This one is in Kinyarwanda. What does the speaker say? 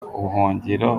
ubuhungiro